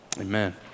Amen